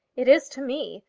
it is to me,